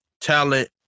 talent